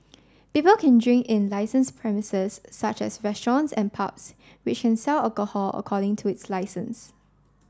people can drink in licensed premises such as restaurants and pubs which can sell alcohol according to its licence